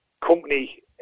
company